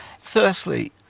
Firstly